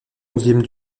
onzième